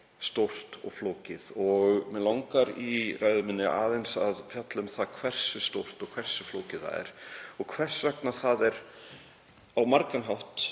stórt og flókið og mig langar í ræðu minni aðeins að fjalla um það hversu stórt og hversu flókið það er og hvers vegna það er á margan hátt